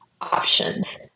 options